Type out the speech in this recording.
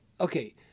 okay